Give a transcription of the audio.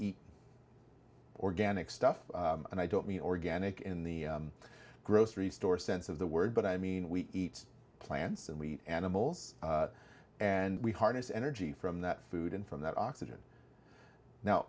eat organic stuff and i don't mean organic in the grocery store sense of the word but i mean we eat plants and we eat animals and we harness energy from that food and from that oxygen now